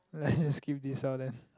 let's just skip this out then